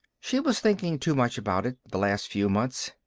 she was thinking too much about it, the last few months.